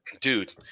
dude